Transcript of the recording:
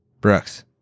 Brooks